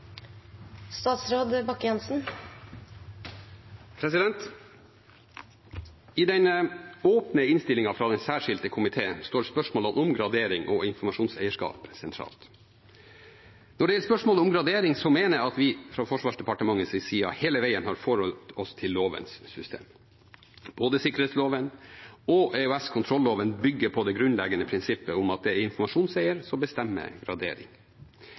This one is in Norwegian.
I den åpne innstillingen fra den særskilte komiteen står spørsmålene om gradering og informasjonseierskap sentralt. Når det gjelder spørsmålet om gradering, mener jeg at vi fra Forsvarsdepartementets side hele veien har forholdt oss til lovens system. Både sikkerhetsloven og EOS-kontrolloven bygger på det grunnleggende prinsippet om at det er informasjonseieren som bestemmer gradering.